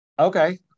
Okay